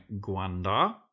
Guanda